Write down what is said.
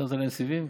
שמת להם סיבים?